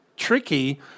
Tricky